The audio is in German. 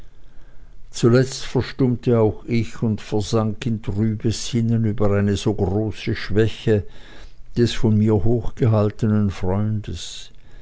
zuletzt verstummte auch ich und versank in trübes sinnen über eine so große schwäche des von mir hochgehaltenen freundes